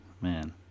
Man